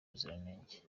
ubuziranenge